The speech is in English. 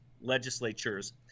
legislatures